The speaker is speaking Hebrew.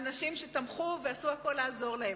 הן נשים שתמכו ועשו הכול לעזור להם.